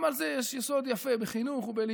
גם על זה יש יסוד יפה בחינוך ובלימוד,